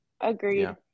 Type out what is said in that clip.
agreed